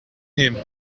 him